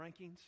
rankings